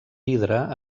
vidre